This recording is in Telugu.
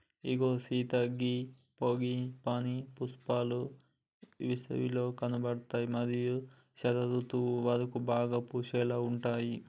ఇగో సీత గీ ఫ్రాంగిపానీ పుష్పాలు ఏసవిలో కనబడుతాయి మరియు శరదృతువు వరకు బాగా పూసేలాగా ఉంటాయి